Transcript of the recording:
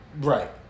right